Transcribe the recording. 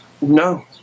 No